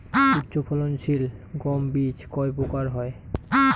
উচ্চ ফলন সিল গম বীজ কয় প্রকার হয়?